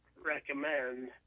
recommend